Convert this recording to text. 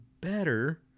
better